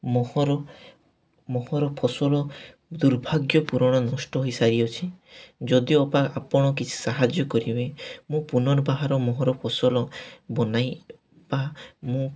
ମୋହର ମୋହର ଫସଲ ଦୁର୍ଭାଗ୍ୟ ପୂରଣ ନଷ୍ଟ ହେଇସାରିଅଛି ଯଦିଓବା ଆପଣ କିଛି ସାହାଯ୍ୟ କରିବେ ମୁଁ ପୁନର୍ବହାର ମୋହର ଫସଲ ବନାଇ ବା ମୁଁ